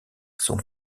sont